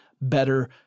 better